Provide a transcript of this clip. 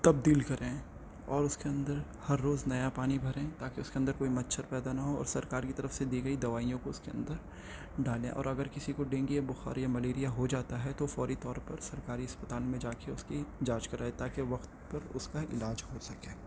تبدیل کریں اور اس کے اندر ہر روز نیا پانی بھریں تاکہ اس کے اندر کوئی مچھر پیدا نہ ہو اور سرکار کی طرف سے دی گئی دوائیوں کو اس کے اندر ڈالیں اور اگر کسی کو ڈینگی یا بخار یا ملیریا ہو جاتا ہے تو فوری طور پر سرکاری اسپتال میں جا کے اس کی جانچ کرائے تاکہ وقت پر اس کا علاج ہو سکے